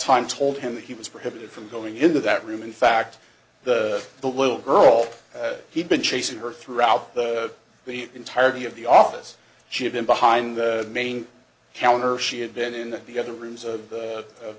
time told him that he was prohibited from going into that room in fact the little girl he'd been chasing her throughout the entirety of the office she had been behind the main counter she had been in the other rooms of he